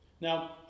Now